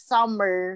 Summer